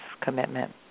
commitment